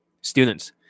students